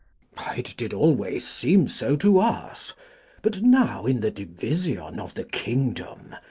it did always seem so to us but now, in the division of the kingdom,